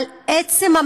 בחסות בג"ץ,